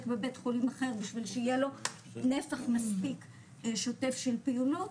בבית חולים אחר בשביל שיהיה לו נפח מספיק שוטף של פעילות,